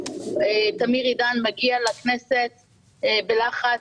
תמיר עידן מגיע לכנסת בלחץ,